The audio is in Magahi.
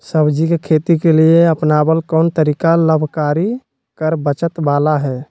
सब्जी के खेती के लिए अपनाबल कोन तरीका लाभकारी कर बचत बाला है?